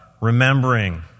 remembering